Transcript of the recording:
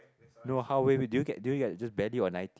no how do you get do you get just badly or ninety